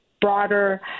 broader